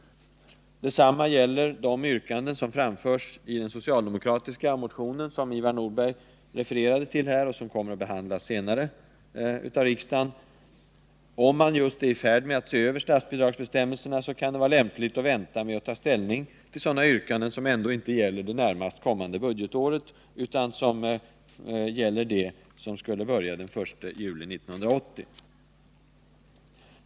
Detsamma gäller de yrkanden som har framförts i den socialdemokratiska motion som Ivar Nordberg refererade till och som senare kommer att behandlas av riksdagen. Om man just är i färd med att se över statsbidragsbestämmelserna, kan det vara lämpligt att vänta med att ta ställning till sådana yrkanden, som ändå inte gäller det närmast kommande budgetåret, utan som gäller det budgetår som börjar den 1 juli 1980.